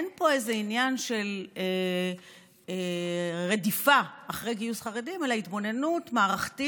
אין פה איזה עניין של רדיפה אחרי גיוס חרדים אלא ההתבוננות מערכתית,